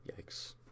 Yikes